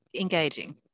Engaging